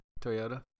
Toyota